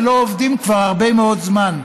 ולא עובדים כבר הרבה מאוד זמן.